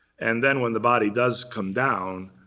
and then when the body does come down,